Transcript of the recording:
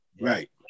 right